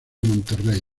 monterrey